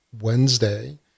wednesday